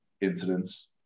incidents